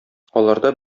аларда